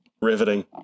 Riveting